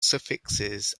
suffixes